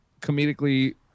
comedically